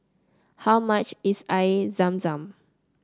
how much is Air Zam Zam